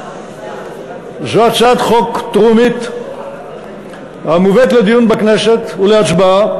זו הצעת חוק טרומית המובאת לדיון בכנסת ולהצבעה,